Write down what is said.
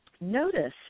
notice